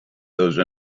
those